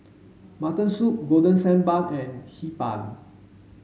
mutton soup golden sand bun and Hee Pan